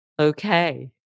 Okay